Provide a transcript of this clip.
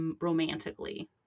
romantically